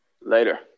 Later